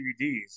DVDs